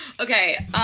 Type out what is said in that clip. Okay